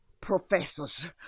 professors